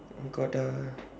I got the